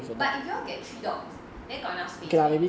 but if you all get three dogs then not enough space right